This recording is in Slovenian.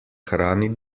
hrani